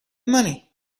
money